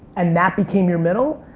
and that became your middle,